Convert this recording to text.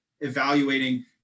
evaluating